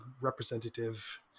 representative